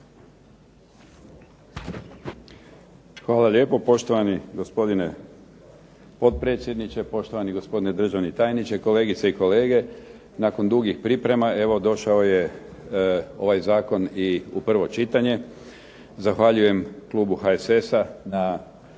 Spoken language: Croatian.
Hvala lijepo. Poštovani gospodine potpredsjedniče, poštovani gospodine državni tajniče, kolegice i kolege. Nakon dugih priprema evo došao je ovaj zakon i u prvo čitanje. Zahvaljujem klubu HSS-a na